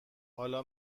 حالا